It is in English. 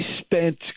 spent